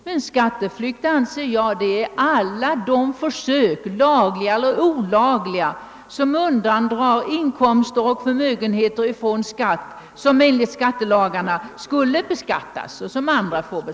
Med skatteflykt avser jag alla de lagliga eller olagliga försök som görs för att från skatt undandra inkomster och förmögenheter, vilka enligt skattelagarna skulle beskattas.